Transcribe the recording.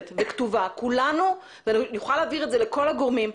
וכתובה ונוכל להעביר את זה לכל הגורמים,